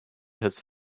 has